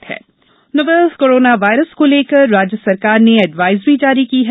corona novel corona virus को लेकर राज्य सरकार ने एडवाइजरी जारी की है